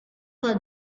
for